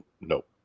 nope